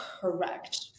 Correct